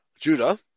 Judah